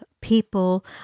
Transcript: people